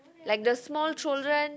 like the small children